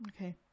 Okay